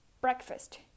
Breakfast